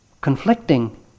conflicting